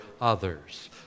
others